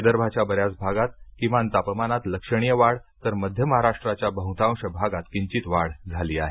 विदर्भाच्या बऱ्याच भागात किमान तापमानात लक्षणीय वाढ तर मध्य महाराष्ट्राच्या बहुतांश भागात किंचित वाढ झाली आहे